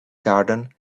garden